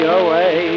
away